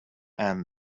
and